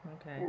Okay